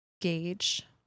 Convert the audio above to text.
gauge